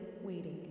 waiting